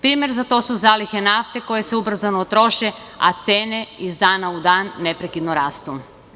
Primer za to su zalihe nafte koje se ubrzano troše, a cene iz dana u dan neprekidno rastu.